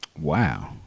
Wow